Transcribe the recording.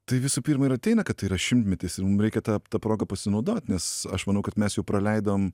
tai visų pirma ir ateina kad tai yra šimtmetis ir mum reikia ta ta proga pasinaudot nes aš manau kad mes jau praleidom